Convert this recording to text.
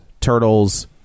Turtles